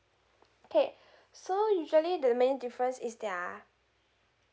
okay so usually the main difference is their